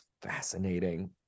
fascinating